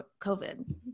COVID